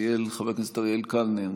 חבר הכנסת אריאל קלנר,